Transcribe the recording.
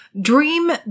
dream